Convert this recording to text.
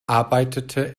arbeitete